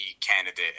candidate